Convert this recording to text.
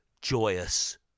joyous